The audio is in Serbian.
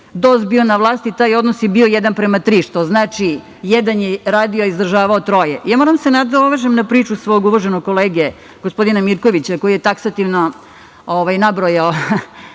DOS bio na vlasti, taj odnos je bio 1:3, što znači jedan je radio, a izdržavao troje. Moram da se nadovežem na priču svog uvaženog kolege, gospodina Mirkovića koji je taksativno nabrojao,